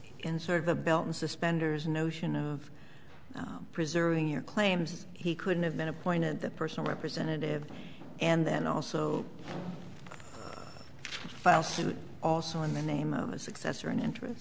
and sort of the belt and suspenders notion of preserving your claims he couldn't have been appointed the personal representative and then also file suit also in the name of his successor in interest